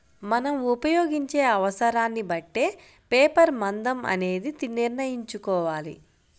మనం ఉపయోగించే అవసరాన్ని బట్టే పేపర్ మందం అనేది నిర్ణయించుకోవాలి